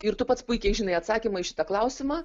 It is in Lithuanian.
ir tu pats puikiai žinai atsakymą į šitą klausimą